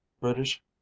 british